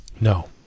No